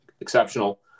exceptional